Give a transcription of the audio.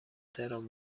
تهران